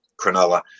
Cronulla